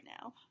now